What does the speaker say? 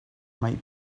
might